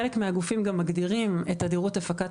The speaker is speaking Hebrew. חלק מהגופים גם מגדירים את תדירות הפקת